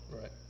right